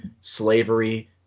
slavery